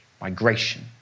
migration